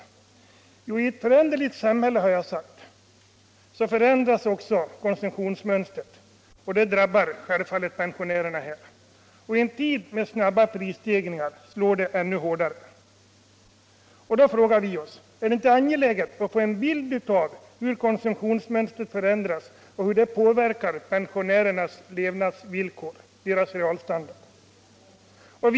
Jag har sagt att i ett föränderligt samhälle sker ändringar även i konsumtionsmönstret, och det drabbar självfallet pensionärerna. I en tid med snabba prisstegringar slår detta ännu hårdare. Då frågar vi oss: Är det inte angeläget att få en bild av hur konsumtionsmönstret förändras och hur detta påverkar pensionärernas levnadsvillkor och deras realstandard?